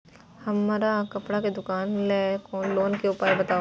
हमर कपड़ा के दुकान छै लोन के उपाय बताबू?